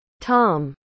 Tom